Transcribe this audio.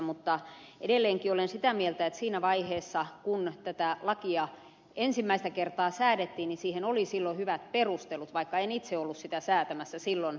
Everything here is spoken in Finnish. mutta edelleenkin olen sitä mieltä että siinä vaiheessa kun tätä lakia ensimmäistä kertaa säädettiin siihen oli silloin hyvät perustelut vaikka en itse ollut sitä säätämässä silloin eduskunnassa